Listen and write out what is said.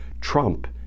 Trump